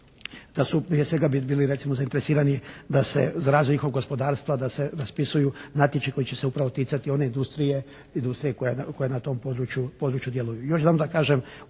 da su prije svega bili recimo zainteresirani da se razvoj njihovog gospodarstva raspisuju natječaji koji će se upravo ticati one industrije koje na tom području djeluju.